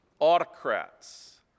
Autocrats